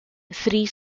three